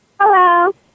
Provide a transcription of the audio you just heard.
Hello